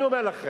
אני אומר לכם.